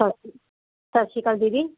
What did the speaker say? ਸਤ ਸਤਿ ਸ੍ਰੀ ਅਕਾਲ ਦੀਦੀ